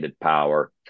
power